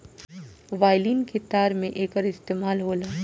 violin के तार में एकर इस्तेमाल होला